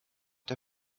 der